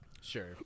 Sure